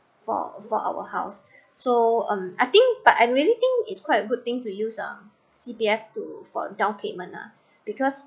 for for our house so um I think but I really think it's quite a good thing to use um C_P_F to for down payment lah because